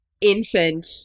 infant